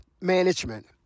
management